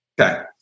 Okay